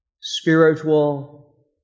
spiritual